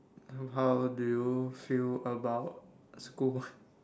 how do you feel about school